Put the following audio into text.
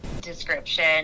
description